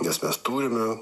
nes mes turime